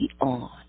on